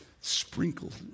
sprinkled